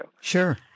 Sure